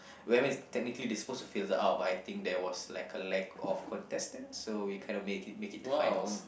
when we technically they supposed to filter out but I think there was like a lack of contestants so we can to make it make it finals